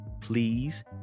Please